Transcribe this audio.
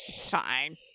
fine